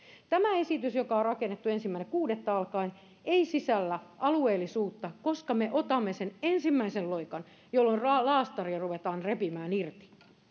tämä esitys joka on rakennettu ensimmäinen kuudetta alkaen ei sisällä alueellisuutta koska me otamme sen ensimmäisen loikan jolloin laastaria ruvetaan repimään irti